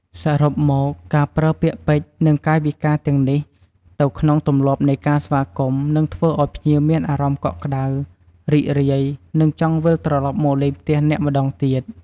សរុបមកការប្រើពាក្យពេចន៍ និងកាយវិការទាំងនេះទៅក្នុងទម្លាប់នៃការស្វាគមន៍ នឹងធ្វើឲ្យភ្ញៀវមានអារម្មណ៍កក់ក្តៅ រីករាយ និងចង់វិលត្រឡប់មកលេងផ្ទះអ្នកម្ដងទៀត។